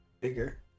bigger